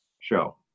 show